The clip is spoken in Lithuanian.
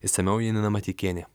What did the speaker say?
išsamiau janina mateikienė